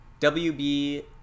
wb